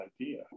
idea